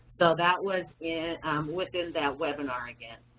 that that was within that webinar again.